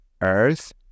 earth